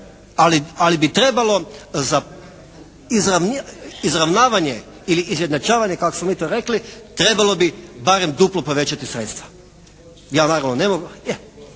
ali bi trebalo za izravnavanje ili izjednačavanje kako smo mi to rekli trebalo bi barem duplo povećati sredstva. Ja naravno ne mogu,